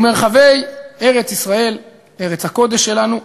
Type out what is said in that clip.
ומרחבי ארץ-ישראל, ארץ הקודש שלנו,